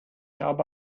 habe